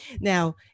Now